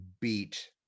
beat